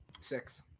Six